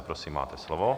Prosím, máte slovo.